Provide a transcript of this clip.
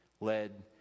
led